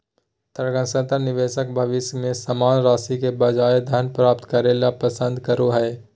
तर्कसंगत निवेशक भविष्य में समान राशि के बजाय धन प्राप्त करे ल पसंद करो हइ